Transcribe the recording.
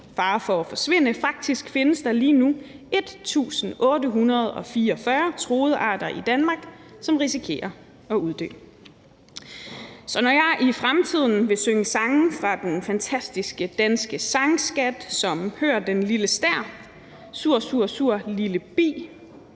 fare for at forsvinde. Faktisk findes der lige nu 1.844 truede arter i Danmark, som risikerer at uddø. Så når jeg i fremtiden vil synge sange fra den fantastiske danske sangskat som »Hør den lille stær«, »Sur, sur, sur, lille bi